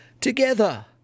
together